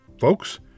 Folks